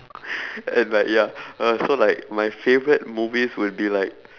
and like ya uh so like my favorite movies will be like